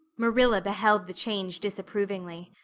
marilla beheld the change disapprovingly.